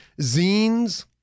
zines